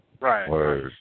Right